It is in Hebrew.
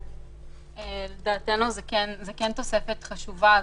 לדעתנו זו כן תוספת חשובה.